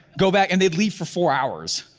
go back and they'd leave for four hours,